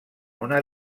una